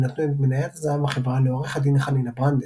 ונתנו את מניית הזהב בחברה לעורך הדין חנינא ברנדס.